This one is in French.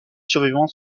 survivants